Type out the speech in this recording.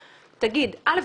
תגיד: א',